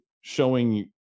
showing